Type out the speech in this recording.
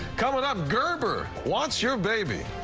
coming up, gerber wants your baby.